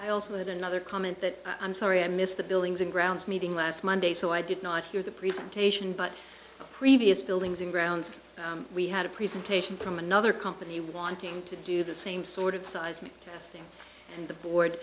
i also had another comment that i'm sorry i missed the buildings and grounds meeting last monday so i did not hear the presentation but the previous buildings and grounds we had a presentation from another company wanting to do the same sort of seismic testing and the board